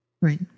Right